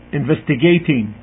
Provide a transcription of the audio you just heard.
investigating